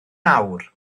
awr